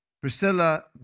Priscilla